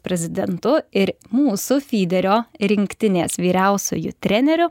prezidentu ir mūsų fiderio rinktinės vyriausiuoju treneriu